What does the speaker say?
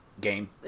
game